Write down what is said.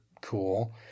cool